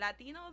latinos